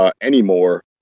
Anymore